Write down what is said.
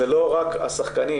זה לא רק השחקנים,